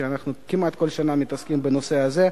ואנחנו כמעט כל שנה מתעסקים בנושא הזה.